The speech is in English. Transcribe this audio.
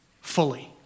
fully